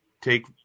take